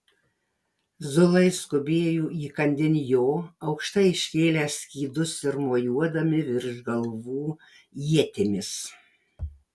zulai skubėjo įkandin jo aukštai iškėlę skydus ir mojuodami virš galvų ietimis